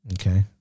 Okay